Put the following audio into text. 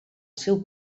seu